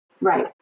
Right